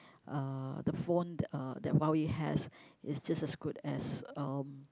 uh the phone that uh that Huawei has is just as good as um